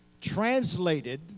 translated